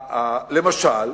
למשל,